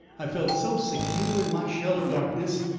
i felt so secure in my shell of darkness,